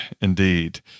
Indeed